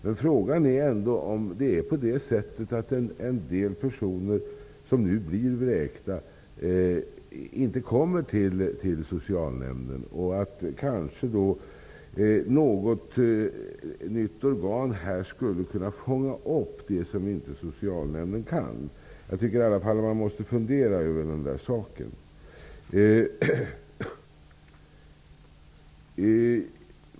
Men frågan är ändå om en del av de personer som nu blir vräkta och som inte kommer till socialnämnden, skulle kunna fångas upp av ett nytt organ. Jag tycker i alla fall att man måste fundera över den saken.